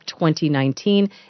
2019